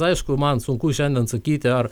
aišku man sunku šiandien sakyti ar